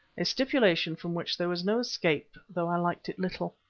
a stipulation from which there was no escape, though i liked little.